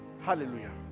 Hallelujah